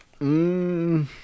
Mmm